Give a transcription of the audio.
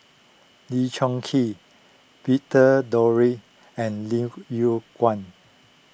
Lee Choon Kee Victor and Lim Yew Kuan